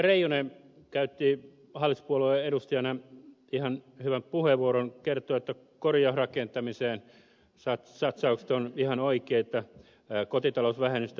reijonen käytti hallituspuolueen edustajana ihan hyvän puheenvuoron kertoi että satsaukset korjausrakentamiseen ovat ihan oikeita kotitalousvähennystä hyödynnetään